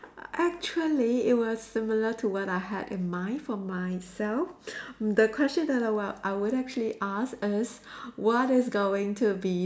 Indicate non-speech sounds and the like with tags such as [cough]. actually it was similar to what I had in mind for myself [breath] the question that I w~ I would actually ask is what is going to be